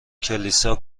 کلیسا